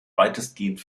weitestgehend